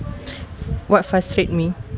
what frustrate me